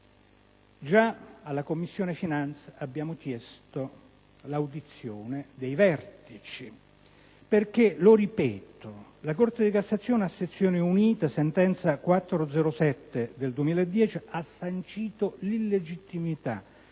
di Commissione finanze abbiamo chiesto l'audizione dei vertici della società, perché, lo ripeto, la Corte di cassazione a sezioni unite, con sentenza n. 407 del 2010, ha sancito l'illegittimità